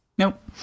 Nope